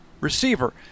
receiver